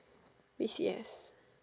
B_C_S